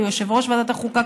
ליושב-ראש ועדת החוקה,